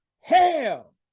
hell